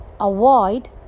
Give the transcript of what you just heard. avoid